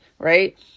right